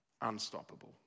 unstoppable